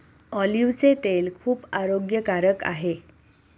ऑलिव्हचे तेल खूप आरोग्यकारक आहे